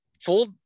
Full